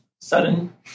sudden